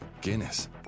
Guinness